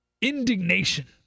Indignation